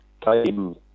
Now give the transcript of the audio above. time